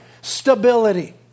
stability